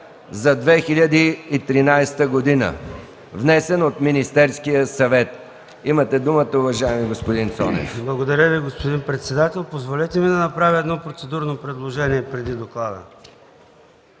за 2013 г., внесен от Министерския съвет. Имате думата, уважаеми господин Цонев. ДОКЛАДЧИК ЙОРДАН ЦОНЕВ: Благодаря Ви, господин председател. Позволете ми да направя едно процедурно предложение преди доклада